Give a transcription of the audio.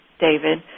David